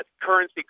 currency